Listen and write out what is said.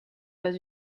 pas